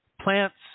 Plants